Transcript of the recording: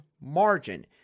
margin